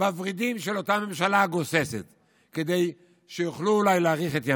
בוורידים של אותה ממשלה גוססת כדי שיוכלו אולי להאריך את ימיה.